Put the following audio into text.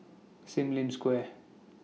SIM Lim Square